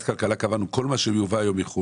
הכלכלה קבענו שכל מה שיובא היום מחוץ